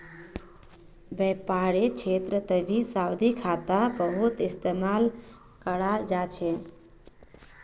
व्यापारेर क्षेत्रतभी सावधि खाता बहुत इस्तेमाल कराल जा छे